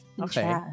okay